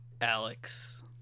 Alex